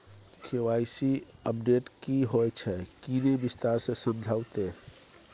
KYC update की होय छै किन्ने विस्तार से समझाऊ ते?